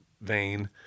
Vein